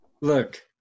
look